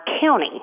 county